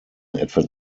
etwa